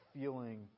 feeling